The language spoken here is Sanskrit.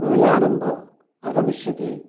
यानं भ आगमिष्यति